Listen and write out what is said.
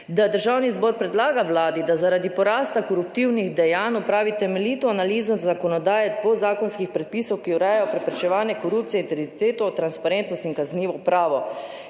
Državni zbor predlaga Vladi, da zaradi porasta koruptivnih dejanj opravi temeljito analizo zakonodaje podzakonskih predpisov, ki urejajo preprečevanje korupcije, integriteto, transparentnost in kaznivo pravo